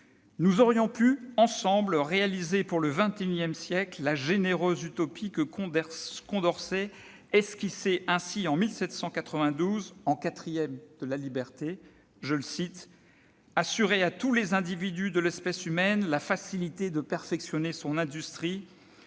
Nous aurions pu, ensemble, réaliser pour le XXI siècle la généreuse utopie que Condorcet esquissait ainsi en 1792, « an IV de la liberté »:« Assurer [à tous les individus de l'espèce humaine] la facilité de perfectionner son industrie,